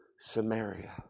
Samaria